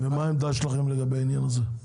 מה העמדה שלכם לגבי העניין הזה?